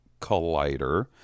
Collider